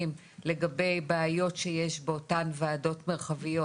בנוגע לבעיות שיש באותן ועדות מרחביות,